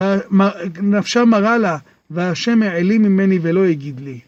נפשה מראה לה, והשם העלים ממני ולא יגיד לי.